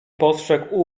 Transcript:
postrzegł